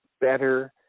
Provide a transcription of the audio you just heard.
better